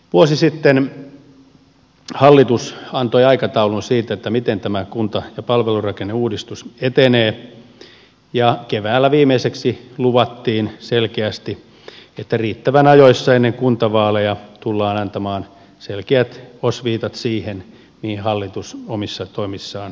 vuosi sitten hallitus antoi aikataulun siitä miten tämä kunta ja palvelurakenneuudistus etenee ja keväällä viimeiseksi luvattiin selkeästi että riittävän ajoissa ennen kuntavaaleja tullaan antamaan selkeät osviitat siitä mihin hallitus omissa toimissaan pyrkii